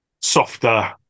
softer